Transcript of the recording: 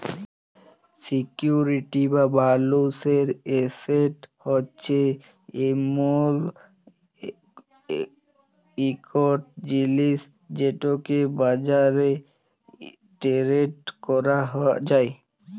security বা মালুসের asset হছে এমল ইকট জিলিস যেটকে বাজারে টেরেড ক্যরা যায়